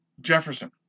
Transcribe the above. Jefferson